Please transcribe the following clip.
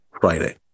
Friday